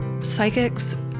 psychics